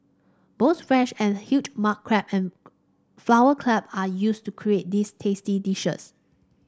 both fresh and huge mud crab and flower crab are used to create these tasty dishes